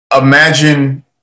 imagine